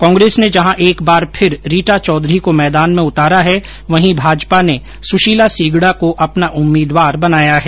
कांग्रेस ने जहां एक बारे फिर रीटा चौधरी को मैदान में उतारा है वहीं भाजपा ने सुशीला सीगड़ा को अपना उम्मीदवार बनाया है